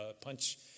punch